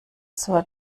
zur